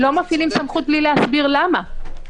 -- שלא מפעילים סמכות בלי להסביר למה.